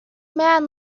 man